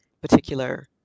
particular